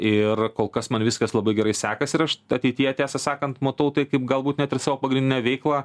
ir kol kas man viskas labai gerai sekasi ir aš ateityje tiesą sakant matau tai kaip galbūt net ir savo pagrindinę veiklą